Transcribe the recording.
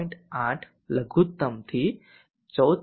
8 V લઘુત્તમથી 14